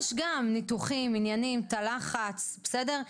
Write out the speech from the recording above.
יש בה גם ניתוחים, עניינים, את הלחץ, בסדר?